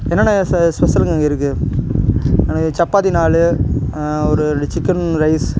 என்னென்ன ச ஸ்பெஷல்ங்க அங்கே இருக்கு எனக்கு சப்பாத்தி நாலு ஒரு ரெண்டு சிக்கன் ரைஸ்